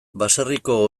baserriko